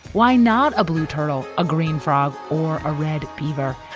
why not a blue turtle, a green frog or a red beaver?